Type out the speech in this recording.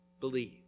believe